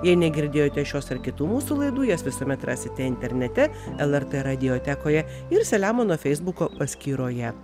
jei negirdėjote šios ar kitų mūsų laidų jas visuomet rasite internete lrt radiotekoje ir selemono feisbuko paskyroje